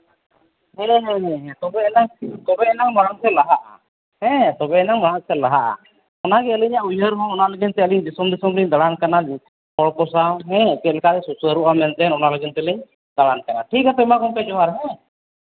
ᱦᱮᱸ ᱦᱮᱸ ᱛᱚᱵᱮ ᱟᱱᱟᱝ ᱛᱚᱵᱮ ᱟᱱᱟᱝ ᱢᱟᱲᱟᱝ ᱥᱮᱫ ᱞᱟᱦᱟᱜᱼᱟ ᱦᱮᱸ ᱛᱚᱵᱮ ᱟᱱᱟᱝ ᱢᱟᱲᱟᱝ ᱥᱮᱫ ᱞᱟᱦᱟᱜᱼᱟ ᱚᱱᱟᱜᱮ ᱟᱹᱞᱤᱧᱟᱜ ᱩᱭᱦᱟᱹᱨ ᱦᱚᱸ ᱚᱱᱟ ᱞᱟᱹᱜᱤᱫ ᱛᱮ ᱟᱹᱞᱤᱧ ᱫᱤᱥᱚᱢ ᱫᱤᱥᱚᱢ ᱞᱤᱧ ᱫᱟᱬᱟᱱ ᱠᱟᱱᱟ ᱦᱚᱲ ᱠᱚ ᱥᱟᱶ ᱪᱮᱫ ᱞᱮᱠᱟ ᱥᱩᱥᱟᱹᱨᱚᱜᱼᱟ ᱚᱱᱟ ᱞᱟᱹᱜᱤᱫ ᱛᱮᱞᱤᱧ ᱫᱟᱬᱟᱱ ᱠᱟᱱᱟ ᱴᱷᱤᱠ ᱟᱪᱪᱷᱮ ᱢᱟ ᱜᱚᱢᱠᱮ ᱡᱚᱦᱟᱨ ᱦᱮᱸ